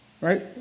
right